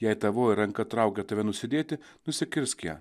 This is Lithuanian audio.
jei tavoji ranka traukia tave nusidėti nusikirsk ją